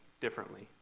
differently